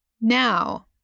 Now